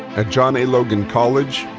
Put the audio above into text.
at john a. logan college,